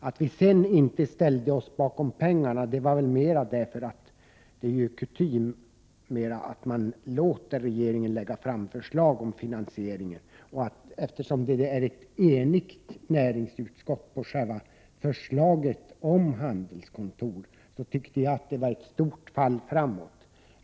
Att vi sedan inte ställde oss bakom finansieringen beror väl mera på att det är kutym att låta regeringen lägga fram förslag om finansieringen. Eftersom näringsutskottet är enigt i själva förslaget om handelskontor tyckte jag att det var ett stort fall framåt.